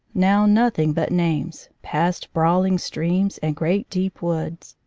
now nothing but names, past brawling streams and great deep woods.